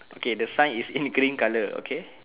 okay the sign is in green colour okay